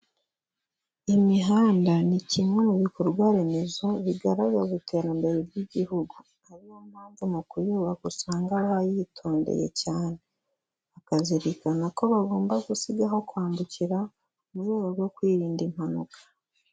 Imihanda ni kimwe mu bikorwa remezo bigaragaza iterambere ry'igihugu, ari yo mpamvu mu kuyubaka usanga bayitondeye cyane, bakazirikana ko bagomba gusiga aho kwambukira, mu rwego rwo kwirinda impanuka.